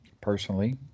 personally